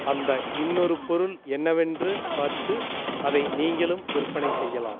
அந்த இன்னொரு பொருள் என்னவென்று பார்த்து அதை நீங்களும் விற்பனை செய்யலாம்